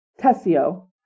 Tessio